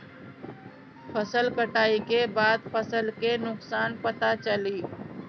फसल कटाई के बाद फसल के नुकसान पता चली